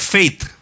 Faith